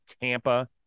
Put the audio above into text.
Tampa